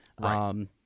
Right